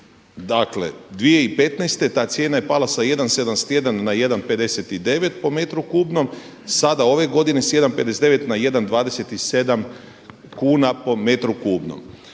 Dakle, 2015. je ta cijena pala sa 1,71 na 1,59 po metru kubnom. Sada ove godine sa 1,59 na 1,27 kuna po metru kubnom.